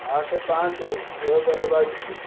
ଆଠ ପାଞ୍ଚ ଦୁଇ ହଜାର ବାଇଶ